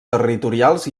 territorials